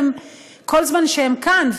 כל זמן שהם כאן,